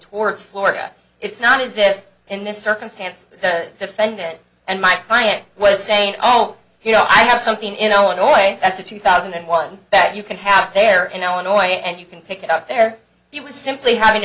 towards florida it's not is it in this circumstance the defendant and my client was saying all you know i have something in illinois that's a two thousand and one that you can have there in illinois and you can pick it up there he was simply hav